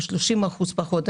או 30% פחות,